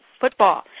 Football